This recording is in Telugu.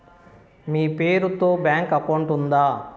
మీ పేరు తో బ్యాంకు అకౌంట్ ఉందా?